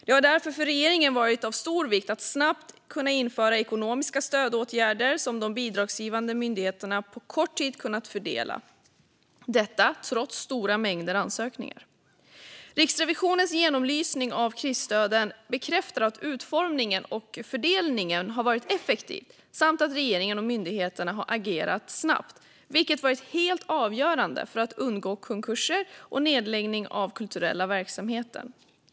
Det har därför för regeringen varit av stor vikt att snabbt kunna införa ekonomiska stödåtgärder som de bidragsgivande myndigheterna på kort tid kunnat fördela, detta trots stora mängder ansökningar. Riksrevisionens genomlysning av krisstöden bekräftar att utformningen och fördelningen har varit effektiv samt att regeringen och myndigheterna har agerat snabbt, vilket varit helt avgörande för att undgå konkurser och nedläggning av kulturella verksamheter.